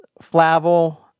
Flavel